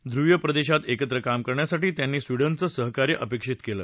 ध्रुवीय प्रदेशात एकत्र काम करण्यासाठी त्यांनी स्वीडनचं सहकार्य अपेक्षित केलं